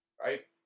Right